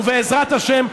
ובעזרת השם,